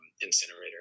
incinerator